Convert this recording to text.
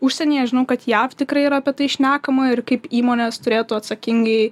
užsieny aš žinau kad jav tikrai yra apie tai šnekama ir kaip įmonės turėtų atsakingai